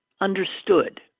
understood